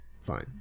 fine